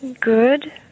Good